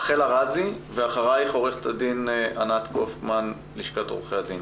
רחל ארזי ואחריה עו"ד ענת קאופמן מלשכת עורכי הדין.